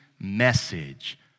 message